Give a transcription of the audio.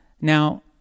Now